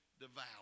devour